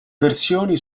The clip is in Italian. versioni